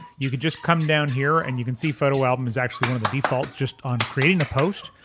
you could just come down here and you can see photo album is actually one of the defaults just on creating a post.